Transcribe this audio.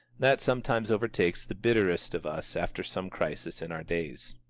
that sometimes overtakes the bitterest of us after some crisis in our days.